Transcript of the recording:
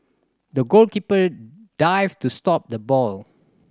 the goalkeeper dived to stop the ball